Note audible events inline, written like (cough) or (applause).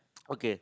(noise) okay